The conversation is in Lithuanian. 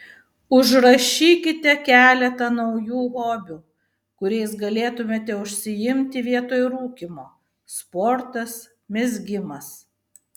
užrašykite keletą naujų hobių kuriais galėtumėte užsiimti vietoj rūkymo sportas mezgimas